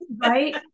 Right